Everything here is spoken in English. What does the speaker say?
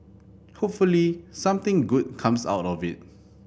hopefully something good comes out of it